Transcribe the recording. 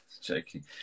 joking